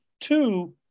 Two